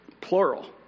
Plural